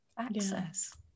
access